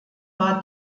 war